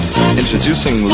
Introducing